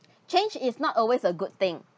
change is not always a good thing